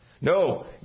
No